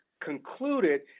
concluded